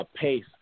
pace